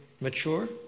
mature